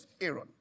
Aaron